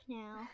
now